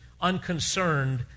unconcerned